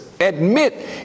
admit